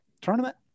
tournament